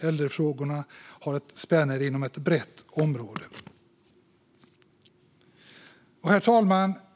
Äldrefrågorna spänner över ett brett område. Herr talman!